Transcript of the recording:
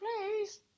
please